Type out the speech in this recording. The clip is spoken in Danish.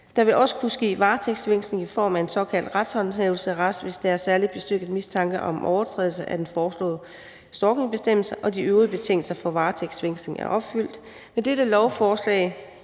Der vil også kunne ske varetægtsfængsling i form af en såkaldt retshåndhævelsesarrest, hvis der er særlig bestyrket mistanke om overtrædelse af den foreslåede stalkingbestemmelse og de øvrige betingelser for varetægtsfængsling er opfyldt. Med dette lovforslag